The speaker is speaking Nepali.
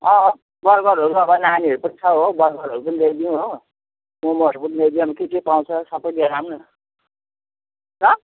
अँ अँ गरौँ गरौँ अब नानीहरू पनि छ हो बर्गरहरू पनि ल्याइदिउँ हो मोमोहरू पनि ल्याइदिउँ अब के के पाउँछ सबै लिएर आउँ न ल